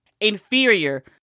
inferior